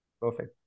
Perfect